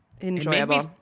Enjoyable